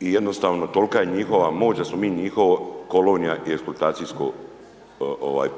i jednostavno tolika je njihova moć da smo mi njihova kolonija i eksploatacijsko